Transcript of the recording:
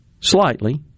slightly